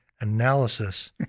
analysis